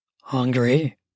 Hungry